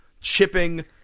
Chipping –